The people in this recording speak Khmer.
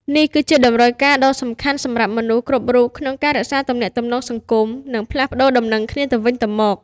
នេះគឺជា តម្រូវការដ៏សំខាន់សម្រាប់មនុស្សគ្រប់រូប ក្នុងការរក្សាទំនាក់ទំនងសង្គម និងផ្លាស់ប្តូរដំណឹងគ្នាទៅវិញទៅមក។